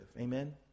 Amen